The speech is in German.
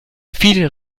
viel